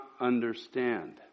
understand